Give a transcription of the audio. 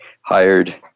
hired